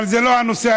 אבל זה לא הנושא,